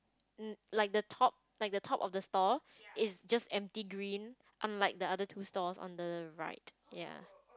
mm like the top like the top of the store is just empty green unlike the other two stores on the right ya